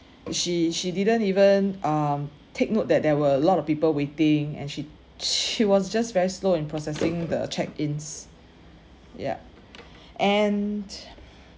she she didn't even um take note that there were a lot of people waiting and she she was just very slow in processing the check ins ya and